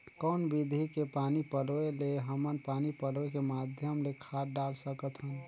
कौन विधि के पानी पलोय ले हमन पानी पलोय के माध्यम ले खाद डाल सकत हन?